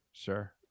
Sure